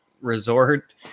resort